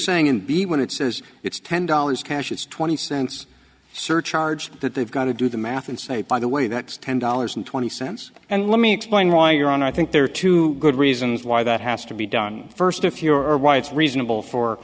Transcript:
saying in b when it says it's ten dollars cash it's twenty cents surcharge that they've got to do the math and say by the way that's ten dollars and twenty cents and let me explain why you're on i think there are two good reasons why that has to be done first if you are why it's reasonable for